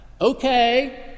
Okay